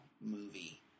movie